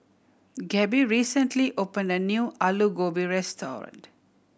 Gabe recently opened a new Alu Gobi Restaurant